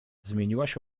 zmieniłaś